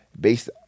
based